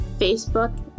Facebook